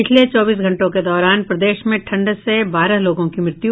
पिछले चौबीस घंटों के दौरान प्रदेश में ठंड से बारह लोगों की मृत्यु